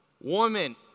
Woman